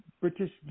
British